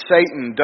Satan